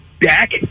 Dak